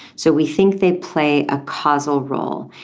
so we think they play a causal role,